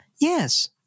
Yes